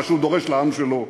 מה שהוא דורש לעם שלו.